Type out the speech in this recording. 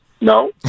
No